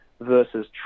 Versus